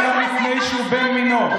אלא מפני שהוא בן מינו.